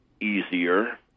easier